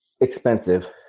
expensive